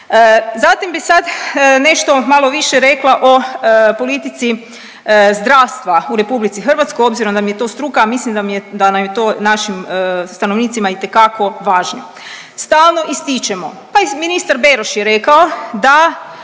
Zatim bi sad nešto malo više rekla o politici zdravstva u RH obzirom da mi je to struka, a mislim da nam je to našim stanovnicima itekako važno. Stalno ističemo, pa i ministar Beroš je rekao da